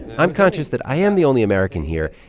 i'm conscious that i am the only american here.